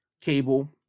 cable